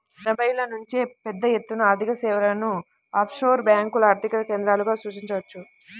ఎనభైల నుంచే పెద్దఎత్తున ఆర్థికసేవలను ఆఫ్షోర్ బ్యేంకులు ఆర్థిక కేంద్రాలుగా సూచించవచ్చు